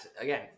again